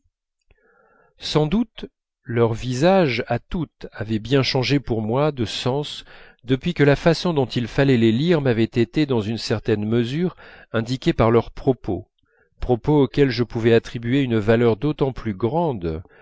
sans doute leurs visages à toutes avaient bien changé pour moi de sens depuis que la façon dont il fallait les lire m'avait été dans une certaine mesure indiquée par leurs propos propos auxquels je pouvais attribuer une valeur d'autant plus grande